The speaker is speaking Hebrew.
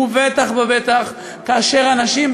ובטח ובטח כאשר אנשים,